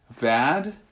bad